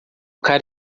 cara